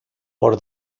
por